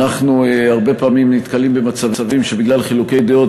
הרבה פעמים אנחנו נתקלים במצבים שבגלל חילוקי דעות